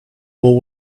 will